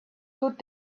good